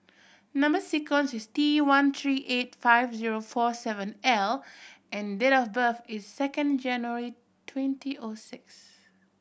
number sequence is T one three eight five zero four seven L and date of birth is second January twenty O six